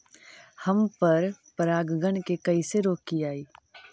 हम पर परागण के कैसे रोकिअई?